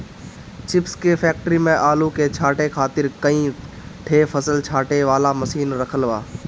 chips के factory में आलू के छांटे खातिर कई ठे फसल छांटे वाला मशीन रखल बा